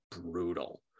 brutal